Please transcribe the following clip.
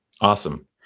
Awesome